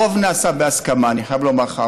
הרוב נעשה בהסכמה, אני חייב לומר לך.